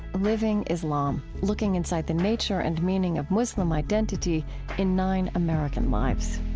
living islam, looking inside the nature and meaning of muslim identity in nine american lives